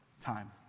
time